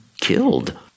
killed